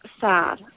sad